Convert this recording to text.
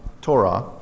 Torah